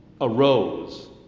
arose